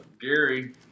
gary